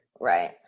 Right